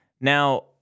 Now